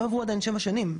לא עברו עדיין שבע שנים,